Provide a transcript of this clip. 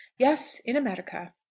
yes, in america.